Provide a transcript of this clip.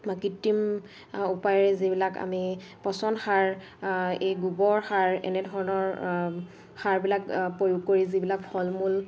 বা কৃত্ৰিম উপায়েৰে যিবিলাক আমি পচন সাৰ এই গোবৰ সাৰ এনেধৰণৰ সাৰবিলাক প্ৰয়োগ কৰি যিবিলাক ফল মূল